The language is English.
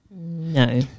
No